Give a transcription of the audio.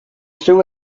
threw